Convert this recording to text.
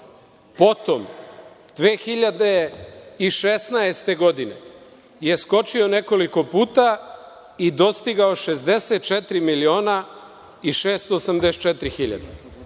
potom 2016. godine je skočio nekoliko puta i dostigao 64 miliona i 684 hiljade,